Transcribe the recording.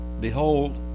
behold